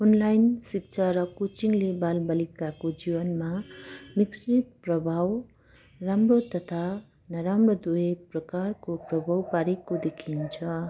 online शिक्षा र कोचिङले बालबालिकाको जीवनमा मिश्रित प्रभाव राम्रो तथा नराम्रो दुवै प्रकारको प्रभाव पारेको देखिन्छ